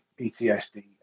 PTSD